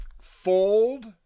fold